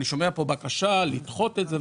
אני שומע פה בקשה לדחות את זה,